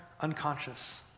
unconscious